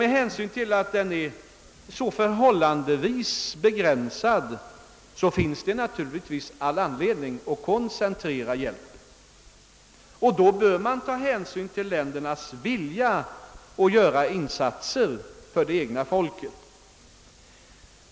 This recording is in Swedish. Med hänsyn till att hjälpen är så förhållandevis begränsad finns det naturligtvis dock all anledning att koncentrera denna, och då bör man ta hänsyn till vederbörande länders vilja att göra insatser för det egna folket.